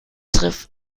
trifft